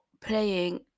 playing